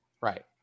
Right